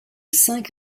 cinq